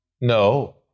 No